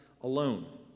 alone